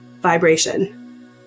vibration